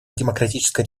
демократическая